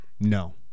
No